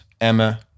Emma